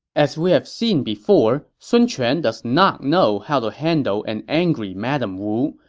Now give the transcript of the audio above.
as we've seen before, sun quan does not know how to handle an angry madame wu,